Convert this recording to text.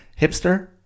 Hipster